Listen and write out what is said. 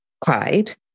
cried